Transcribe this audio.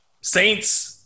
Saints